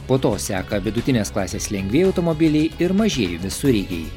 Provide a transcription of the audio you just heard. po to seka vidutinės klasės lengvieji automobiliai ir mažieji visureigiai